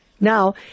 Now